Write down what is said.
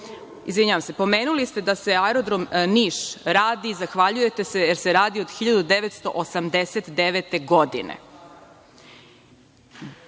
završim. Pomenuli ste da se Aerodrom Niš radi i zahvaljujete se, jer se radi od 1989. godine.